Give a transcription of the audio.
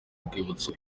urwibutso